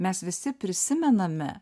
mes visi prisimename